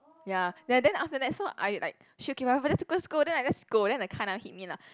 ya then after that so I like just go then I just go then the car never hit me lah